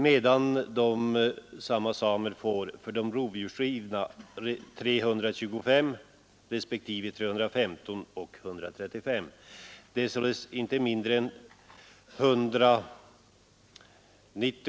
Den ersättning som utbetalas för rovdjursrivna renar uppgår till 325, 315 respektive 135 kronor.